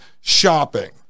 shopping